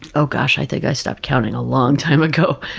oh, gosh. i think i stopped counting a long time ago.